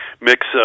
mix